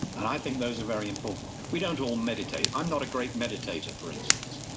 and i think those are very important we don't all meditate. i'm not a great meditator for instance.